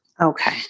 Okay